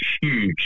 huge